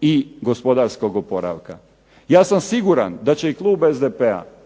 i gospodarskog oporavka. Ja sam siguran da će i klub SDP-a